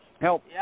help